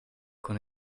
con